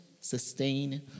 sustain